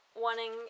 wanting